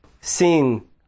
seeing